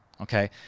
okay